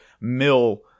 mill